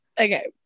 okay